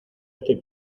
estoy